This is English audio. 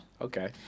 Okay